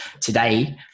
today